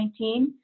2019